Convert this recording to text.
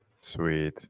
Sweet